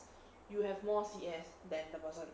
you have more C_S than the person